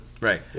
Right